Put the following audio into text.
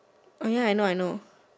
oh ya I know I know